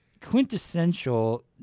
quintessential